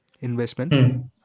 investment